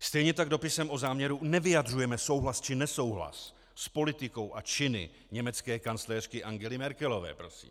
Stejně tak dopisem o záměru nevyjadřujeme souhlas či nesouhlas s politikou a činy německé kancléřky Angely Merkelové, prosím.